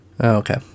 Okay